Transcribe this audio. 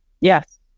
Yes